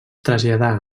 traslladà